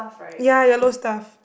ya yellow stuff